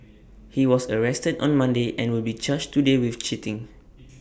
he was arrested on Monday and will be charged today with cheating